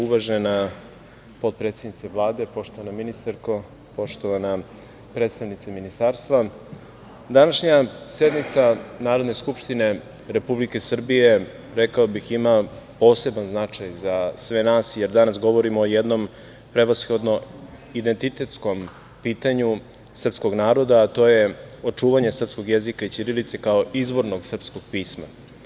Uvažena potpredsednice Vlade, poštovana ministarko, poštovana predstavnice ministarstva, današnja sednica Narodne skupštine Republike Srbije, rekao bih, ima poseban značaj za sve nas, jer danas govorimo o jednom prevashodno identitetskom pitanju srpskog naroda, a to je očuvanje srpskog jezika i ćirilice kao izvornog srpskog pisma.